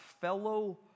fellow